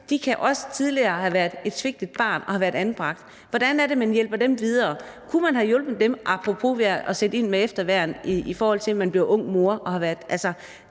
også tidligere kan have været svigtet som børn og kan have været anbragt. Hvordan er det, man hjælper dem videre? Kunne man have hjulpet dem – apropos – ved at sætte ind med efterværn, og i forhold til at man bliver ung mor?